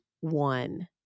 one